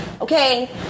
Okay